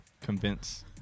convince